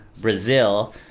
Brazil